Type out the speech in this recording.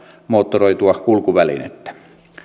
moottoroitua kulkuvälinettä